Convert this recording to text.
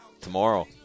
tomorrow